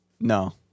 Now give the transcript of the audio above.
No